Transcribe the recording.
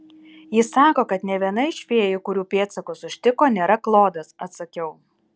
ji sako kad nė viena iš fėjų kurių pėdsakus užtiko nėra klodas atsakiau